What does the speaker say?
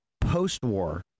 post-war